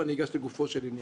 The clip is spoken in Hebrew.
ואני אגש לגופו של עניין.